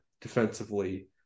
defensively